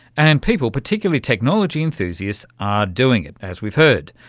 and people, particularly technology enthusiasts, are doing it, as we've heard.